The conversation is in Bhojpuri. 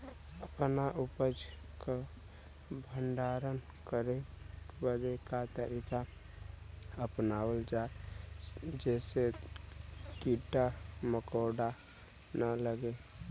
अपना उपज क भंडारन करे बदे का तरीका अपनावल जा जेसे कीड़ा मकोड़ा न लगें?